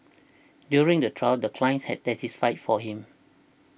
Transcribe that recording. during the trial the clients had testified for him